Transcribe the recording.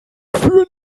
für